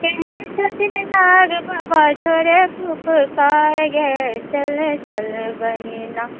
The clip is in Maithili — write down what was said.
केहन छथिन नाग बाबा छोड़ै फुफकार ये चलऽ चलऽ बहिना